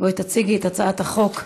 בואי תציגי את הצעת החוק.